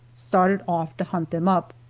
started off to hunt them up.